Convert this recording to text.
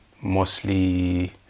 mostly